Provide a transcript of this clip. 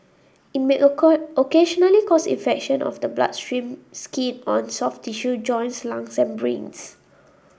it may occasionally cause infection of the bloodstream skin on soft tissue joints lungs and brains